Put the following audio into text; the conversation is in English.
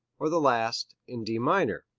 or the last, in d minor?